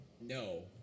No